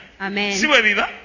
Amen